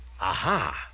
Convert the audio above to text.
Aha